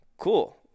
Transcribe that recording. cool